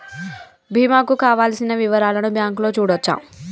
బీమా కు కావలసిన వివరాలను బ్యాంకులో చూడొచ్చా?